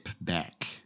back